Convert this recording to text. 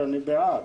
אני בעד.